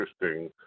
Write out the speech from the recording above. interesting